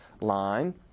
line